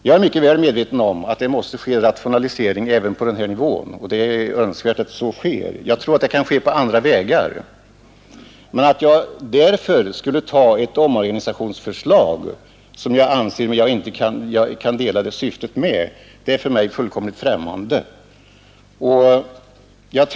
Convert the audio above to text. Jag är mycket väl medveten om att det måste göras rationaliseringar även på den här nivån och att det är önskvärt att så sker. Men jag tror att det kan ordnas på andra vägar; att jag här skulle ta ett omorganisationsförslag, som jag inte kan förstå syftet med, är för mig fullkomligt främmande.